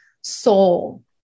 soul